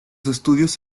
estudios